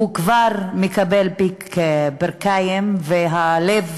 הוא כבר מקבל פיק ברכיים, והלב